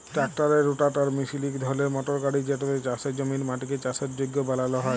ট্রাক্টারের রোটাটার মিশিল ইক ধরলের মটর গাড়ি যেটতে চাষের জমির মাটিকে চাষের যগ্য বালাল হ্যয়